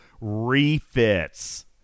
refits